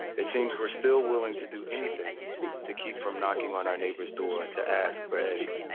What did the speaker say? it seems we're still willing to do anything to keep from knocking on our neighbor's door to ask for eggs